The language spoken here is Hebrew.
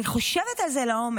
אני חושבת על זה לעומק.